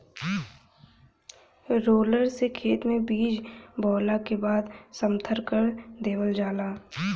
roller से खेत में बीज बोवला के बाद समथर कर देवल जाला